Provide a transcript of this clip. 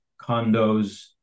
condos